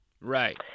Right